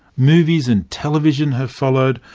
movies and television have followed,